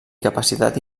capacitat